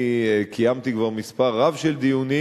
אני קיימתי כבר מספר רב של דיונים,